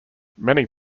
many